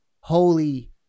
holy